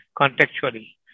contextually